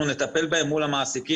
אנחנו נטפל בהן מול המעסיקים,